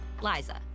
Liza